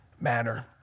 manner